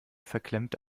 verklemmte